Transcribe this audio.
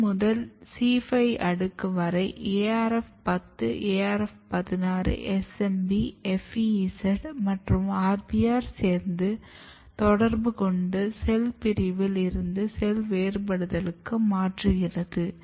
C2 முதல் C5 அடுக்கு வரை ARF 10 ARF 16 SMB FEZ மற்றும் RBR சேர்ந்து தொடர்பு கொண்டு செல் பிரிவில் இருந்து செல் வேறுபடுத்தலுக்கு மாற்றுகிறது